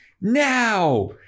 Now